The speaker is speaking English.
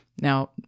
Now